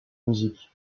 musique